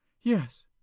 Yes